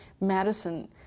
Madison